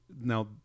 Now